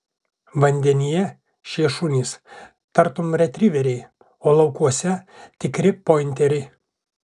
vandenyje šie šunys tartum retriveriai o laukuose tikri pointeriai